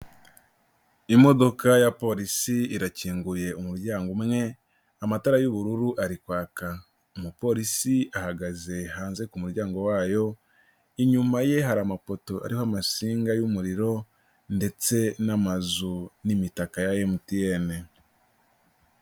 Imodoka ya polisi irakinguye umuryango umwe, amatara y'ubururu ari kwaka. Umupolisi ahagaze hanze ku muryango wayo, inyuma ye hari amapoto ariho amasinga y'umuriro ndetse n'amazu n'imitaka ya MTN.